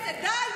הוא ביקש סליחה.